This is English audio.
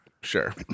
Sure